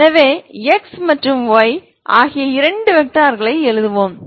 எனவே x மற்றும் y ஆகிய இரண்டு வெக்டார்களை எழுதுவோம்